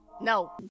no